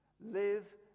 Live